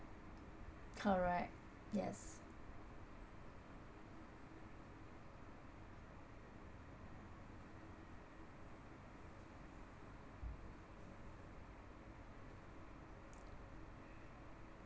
correct yes